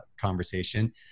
conversation